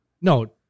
No